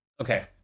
Okay